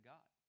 God